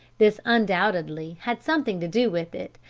this undoubtedly had something to do with it,